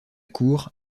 cour